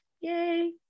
Yay